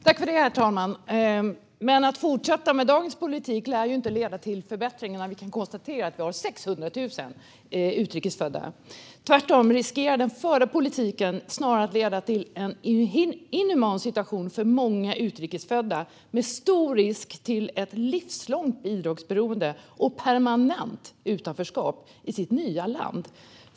Herr talman! Att fortsätta med dagens politik lär inte leda till förbättringar. Vi kan konstatera att vi har 600 000 utrikes födda som saknar egen försörjning. Tvärtom riskerar den förda politiken snarare att leda till en inhuman situation för många utrikes födda med stor risk för ett livslångt bidragsberoende och permanent utanförskap i sitt nya land.